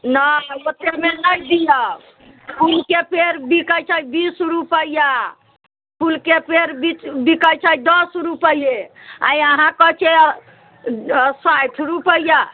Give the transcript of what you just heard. नहि ओतेकमे नहि दियौ फूलके पेड़ बिकैत छै बीस रुपैआ फूलके पेड़ बिकैत छै दश रुपैए आ अहाँ कहैत छियै साठि रुपैआ